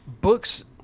books